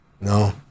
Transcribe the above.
no